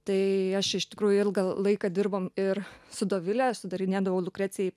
tai aš iš tikrųjų ilgą laiką dirbom ir su dovile sudarinėdavau lukrecijai